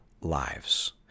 lives